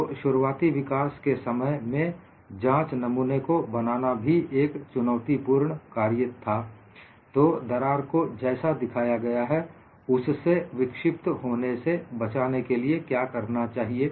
तो शुरुआती विकास के समय में जांच नमूने को बनाना भी एक चुनौतीपूर्ण कार्य था तो दो दरार को जैसा दिखाया गया है उससे विक्षिप्त होने से बचाने के लिए क्या करना चाहिए